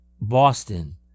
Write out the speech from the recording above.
Boston